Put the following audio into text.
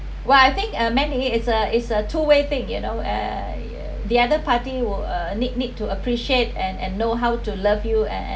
!wah! I think uh mandy it's a it's a two way think you know uh the other party will uh need need to appreciate and and know how to love you and